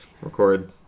record